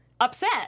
upset